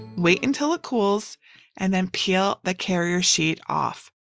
wait until it cools and then peel the carrier sheet off.